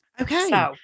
Okay